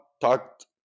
talked